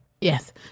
Yes